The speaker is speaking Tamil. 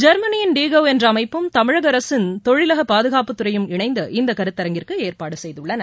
ஜொ்மனியின் டி கவ் என்ற அமைப்பும் தமிழக அரசின் தொழிலாக பாதுகாப்புத் துறையும் இணைந்து இந்த கருத்தரங்கிற்கு ஏற்பாடு செய்துள்ளன